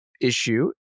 issue